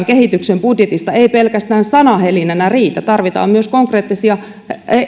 kehityksen budjetista ei pelkästään sanahelinänä riitä tarvitaan myös konkreettisia